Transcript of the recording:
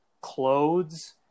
clothes